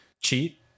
cheat